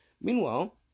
Meanwhile